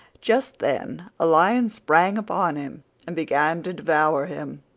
just then a lion sprang upon him and began to devour him.